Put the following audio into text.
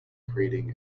creating